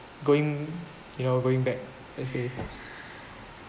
going you know going back I say